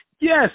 yes